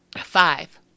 five